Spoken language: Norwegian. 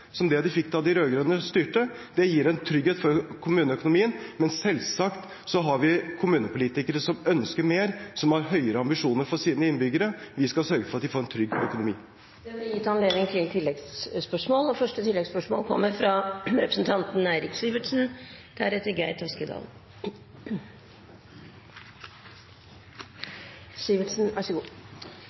som de fikk da de rød-grønne styrte. Det gir en trygghet for kommuneøkonomien, men selvsagt har vi kommunepolitikere som ønsker mer, og som har høyere ambisjoner for sine innbyggere. Vi skal sørge for at de får en trygg økonomi. Det blir gitt anledning til oppfølgingsspørsmål – først representanten Eirik Sivertsen. Skatt er kommunenes viktigste inntekt, og